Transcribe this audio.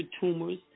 tumors